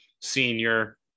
senior